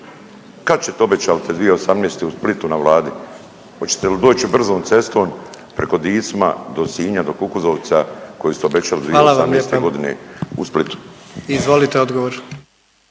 kad će, obećali ste 2018. u Splitu na Vladi, hoćete li doći brzom cestom preko Dicma do Sinja, do Kukuzovca koji ste obećali 2018. .../Upadica: